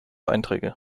einträge